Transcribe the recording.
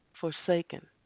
Forsaken